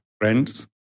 friends